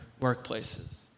workplaces